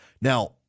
Now